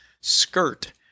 skirt